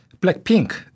Blackpink